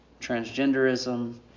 transgenderism